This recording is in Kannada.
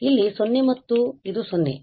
ಆದ್ದರಿಂದ ಇಲ್ಲಿ ಇದು 0 ಮತ್ತು ಇದು 0 ಆಗಿದೆ